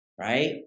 Right